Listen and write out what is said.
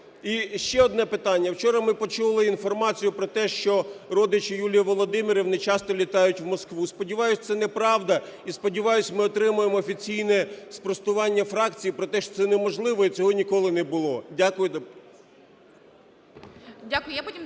Іще одне питання. Вчора ми почули інформацію про те, що родичі Юлії Володимирівни часто літають в Москву. Сподіваюся, це неправда, і, сподіваюся, ми отримаємо офіційне спростування фракції про те, що це неможливо і цього ніколи не було. Дякую.